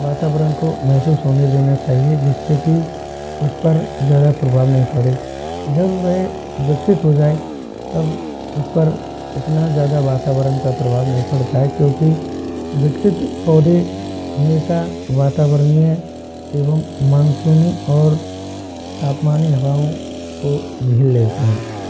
वातावरण को महसूस होने देना चाहिए जिससे कि उस पर ज़्यादा प्रभाव नहीं पड़े जब वह विकसित हो जाए तब उस पर इतना ज़्यादा वातावरण का प्रभाव नहीं पड़ता है क्योंकि विकसित पौधे हमेशा वातावरणीय एवं मानसूनी और तापमानी हवाओं को झेल लेते हैं